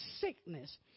sickness